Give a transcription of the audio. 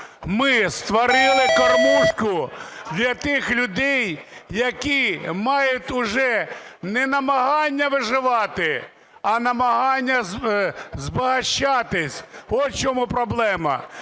Ми створили кормушку для тих людей, які мають уже не намагання виживати, а намагання збагачуватись, от у чому проблема.